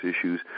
issues